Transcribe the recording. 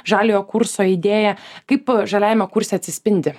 žaliojo kurso idėją kaip žaliajame kurse atsispindi